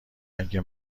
اگه